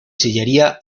sillería